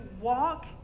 walk